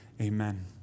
Amen